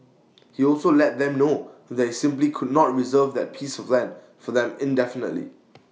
he also let them know that he simply could not reserve that piece of land for them indefinitely